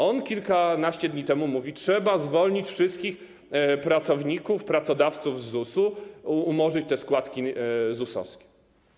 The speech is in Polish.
On kilkanaście dni temu mówił: trzeba zwolnić wszystkich pracowników, pracodawców z ZUS-u, umorzyć składki ZUS-owskie.